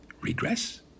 regress